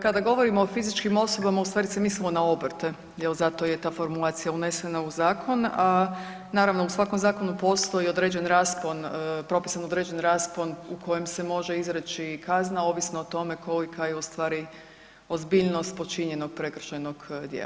Kada govorimo o fizičkim osobama u stvari se mislilo na obrt jel zato je ta formulacija unesena u zakon, a naravno u svakom zakonu postoji određen raspon, propisan određen raspon u kojem se može izreći kazna ovisno o tome kolika je ustvari ozbiljnost počinjenog prekršajnog dijela.